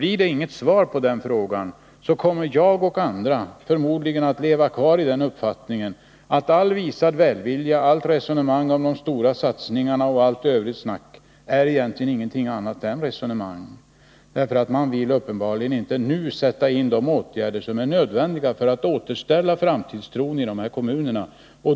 Blir det inget svar på den frågan kommer jag och andra förmodligen att leva kvar i uppfattingen att all visad välvilja, allt resonemang om de stora satsningarna och allt övrigt snack egentligen inte är någonting annat än resonemang. Man vill uppenba:ligen inte nu sätta in de åtgärder som är nödvändiga för att återställa framtidstron i de här kommunerna.